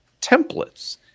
templates